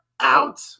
out